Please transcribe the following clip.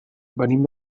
venim